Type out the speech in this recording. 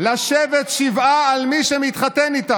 שאתם לא יודעים בדיוק מה זה יהדות.